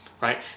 right